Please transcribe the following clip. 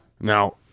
Now